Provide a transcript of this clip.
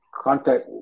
contact